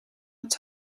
het